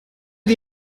die